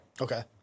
Okay